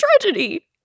tragedy